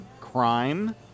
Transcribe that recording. crime